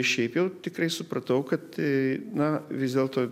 šiaip jau tikrai supratau kad na vis dėlto